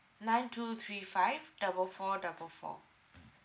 nine two three five double four double four